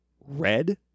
red